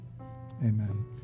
Amen